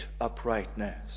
uprightness